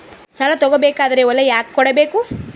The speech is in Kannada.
ಸಾಲ ತಗೋ ಬೇಕಾದ್ರೆ ಹೊಲ ಯಾಕ ಕೊಡಬೇಕು?